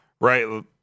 Right